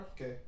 Okay